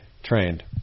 trained